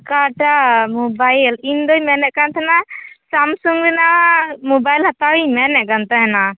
ᱚᱠᱟᱴᱟ mobile ᱤᱧᱫᱚᱧ ᱢᱮᱱᱮᱫ ᱠᱟᱱ ᱛᱟᱦᱮᱱᱟ ᱥᱟᱢᱥᱩᱝᱜ ᱢᱮᱱᱟᱜᱼᱟ ᱢᱳᱵᱟᱭᱤᱞ ᱦᱟᱛᱟᱣᱤᱧ ᱢᱮᱱᱮᱫ ᱠᱟᱱ ᱛᱟᱦᱮᱱᱟ